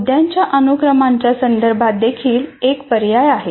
मुद्द्यांच्या अनुक्रमांच्या संदर्भात देखील एक पर्याय आहे